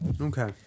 Okay